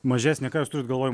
mažesnė ką jūs turit galvoj